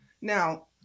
Now